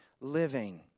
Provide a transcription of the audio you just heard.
living